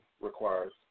requires